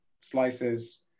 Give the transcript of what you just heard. slices